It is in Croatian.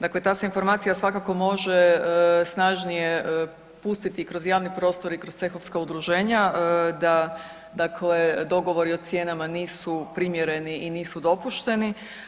Dakle, ta se informacija svakako može snažnije pustiti i kroz javni prostor i kroz cehovska udruženja da dakle dogovori o cijenama nisu primjereni i nisu dopušteni.